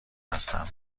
هستم